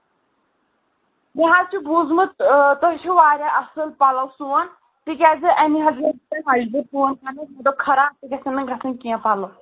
مےٚ حظ چھُ بوٗزمُت تُہۍ چھُو واریاہ اَصٕل پَلو سُوان تِکیٛازِ اَمہِ حظ مَجبوٗر فون کَرنَس مےٚ دوٚپ خراب تہِ گژھن نہٕ گژھٕنۍ کینٛہہ پَلو